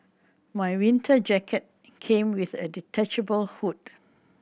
my winter jacket came with a detachable hood